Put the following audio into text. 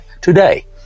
today